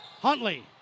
Huntley